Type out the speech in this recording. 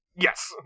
Yes